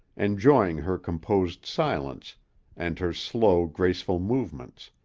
enjoying her composed silence and her slow, graceful movements.